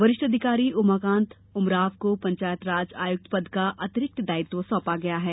वरिष्ठ अधिकारी उमाकांत उमराव को पंचायतराज आयुक्त पद का अतिरिक्त दायित्व सौंपा गया है